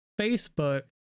Facebook